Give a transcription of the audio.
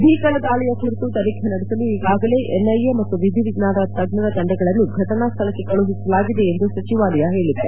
ಭೀಕರ ದಾಳಿಯ ಕುರಿತು ತನಿಖೆ ನಡೆಸಲು ಈಗಾಗಲೇ ಎನ್ಐಎ ಮತ್ತು ವಿಧಿವಿಜ್ಞಾನ ತಜ್ಞರ ತಂಡಗಳನ್ನು ಘಟನಾ ಸ್ವಳಕ್ಕೆ ಕಳುಹಿಸಲಾಗಿದೆ ಎಂದು ಸಚಿವಾಲಯ ಹೇಳಿದೆ